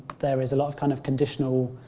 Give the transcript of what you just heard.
there is a lot of kind of conditional